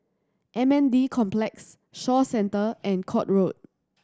M N D Complex Shaw Centre and Court Road